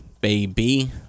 baby